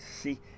see